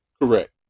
Correct